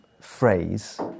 phrase